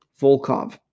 Volkov